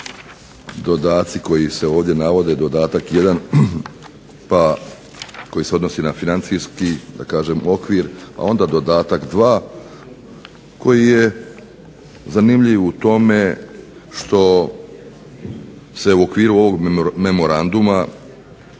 dodaci koji se ovdje navode, dodatak 1 koji se odnosi na financijski okvir, a onda dodatak 2 koji je zanimljiv u tome što se u okviru ovog memoranduma